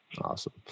Awesome